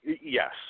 Yes